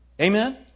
Amen